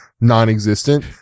Non-existent